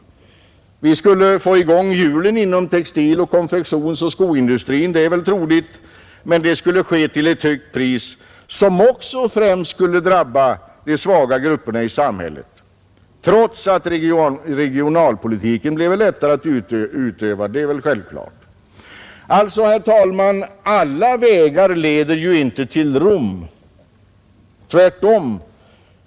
Det är troligt att det skulle få i gång — fll statlig inkomsthjulen inom textil-, konfektionsoch skoindustrin, men det skulle ske — skatt till ett högt pris, och åter skulle de svaga grupperna i samhället drabbas, trots att regionalpolitiken självklart bleve lättare att utöva. Alltså leder inte, herr talman, alla vägar till Rom. Tvärtom!